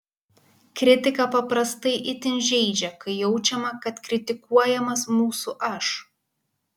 kritika paprastai itin žeidžia kai jaučiama kad kritikuojamas mūsų aš